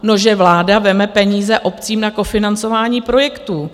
No, že vláda vezme peníze obcím na kofinancování projektů.